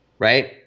Right